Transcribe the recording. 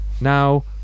now